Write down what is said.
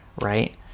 right